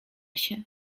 się